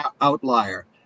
outlier